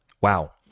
Wow